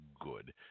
good